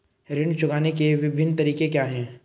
ऋण चुकाने के विभिन्न तरीके क्या हैं?